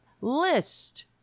list